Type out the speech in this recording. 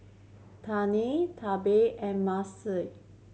Trina Tobie and